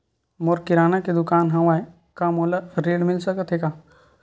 मोर किराना के दुकान हवय का मोला ऋण मिल सकथे का?